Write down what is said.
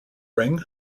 ring